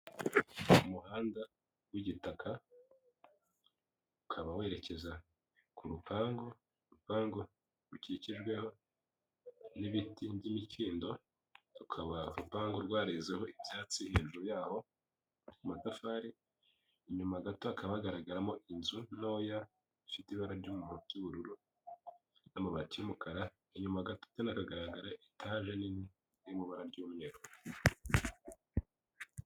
Umuhanda w'igitaka ukaba werekeza ku rupangu ,urupangu rukikijweho n'ibiti by'imikindo , rukaba urupangu rwarezeho ibyatsi hejuru yaho ku matafari inyuma gato hakaba hagaragaramo inzu ntoya ifite ibara ry'ubururu n'amabati y'umukara, inyuma gato naho hakagaragara etage nini iri mu ibara ry'umweru.